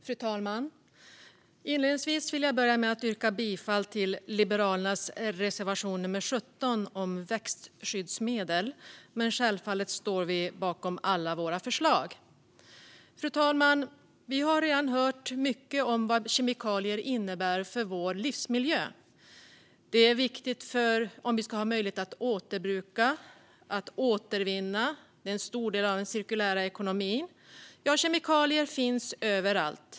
Fru talman! Inledningsvis yrkar jag bifall endast till Liberalernas reservation nummer 17, om växtskyddsmedel. Men självfallet står vi bakom alla våra förslag. Fru talman! Vi har redan hört mycket om vad kemikalier innebär för vår livsmiljö. De är viktiga om vi ska ha möjlighet att återbruka och återvinna och är en stor del av den cirkulära ekonomin. Kemikalier finns överallt.